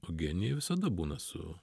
o genijai visada būna su